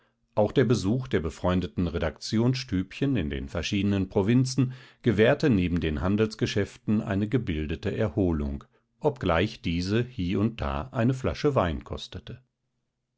auch der besuch der befreundeten redaktionsstübchen in den verschiedenen provinzen gewährte neben den handelsgeschäften eine gebildete erholung obgleich diese hie und da eine masche wein kostete